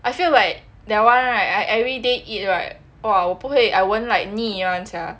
I feel like that one right I everyday eat right !wah! 我不会 I won't like 腻 [one] sia